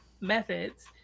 methods